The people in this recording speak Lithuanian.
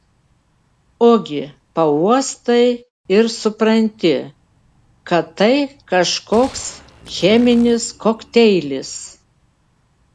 ogi pauostai ir supranti kad tai kažkoks cheminis kokteilis